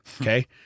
okay